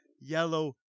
yellow